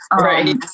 right